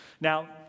Now